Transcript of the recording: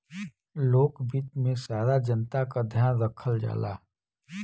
लोक वित्त में सारा जनता क ध्यान रखल जाला